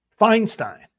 Feinstein